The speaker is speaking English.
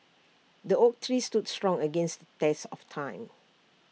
the oak tree stood strong against test of time